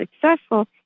successful